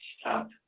Stop